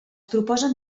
proposen